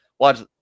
Watch